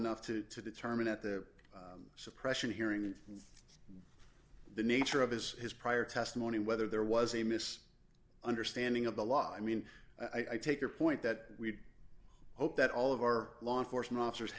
enough to to determine at the suppression hearing the nature of his his prior testimony whether there was a mis understanding of the law i mean i take your point that we hope that all of our law enforcement officers